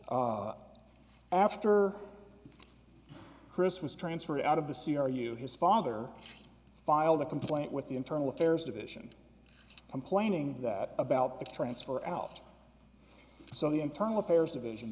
was after chris was transferred out of the c r u his father filed a complaint with the internal affairs division complaining that about the transfer out so the internal affairs division